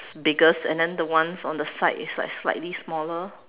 biggest and then the ones on the side is like slightly smaller